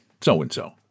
so-and-so